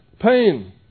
pain